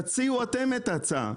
תציעו אתם את ההצעה.